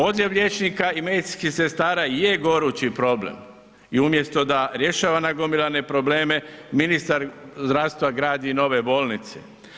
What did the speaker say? Odljev liječnika i medicinskih sestara je gorući problem i umjesto da rješava nagomilane probleme, ministar zdravstva gradi nove bolnice.